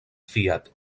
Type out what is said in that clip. fiat